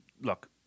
look